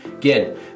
Again